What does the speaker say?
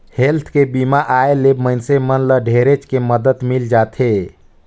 health के बीमा आय ले मइनसे मन ल ढेरेच के मदद मिल जाथे